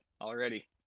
already